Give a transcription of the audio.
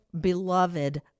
beloved